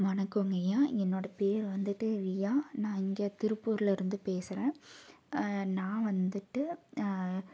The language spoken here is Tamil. வணக்கங்க ஐயா என்னோட பேர் வந்துட்டு ரியா நான் இங்கே திருப்பூரில் இருந்து பேசுகிறேன் நான் வந்துட்டு